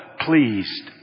Pleased